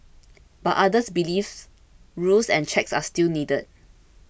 but others believes rules and checks are still needed